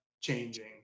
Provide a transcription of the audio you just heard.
changing